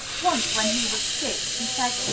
once, when he was sick, he said,